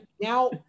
now